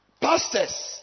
pastors